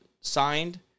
signed